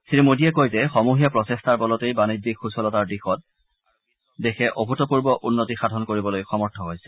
শ্ৰীমোদীয়ে কয় যে সমূহীয়া প্ৰচেষ্টাৰ বলতেই বাণিজ্যিক সুচলতাৰ ক্ষেত্ৰত দেশে অভূতপূৰ্ব উন্নতি সাধন কৰিবলৈ সমৰ্থ হৈছে